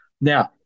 Now